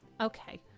okay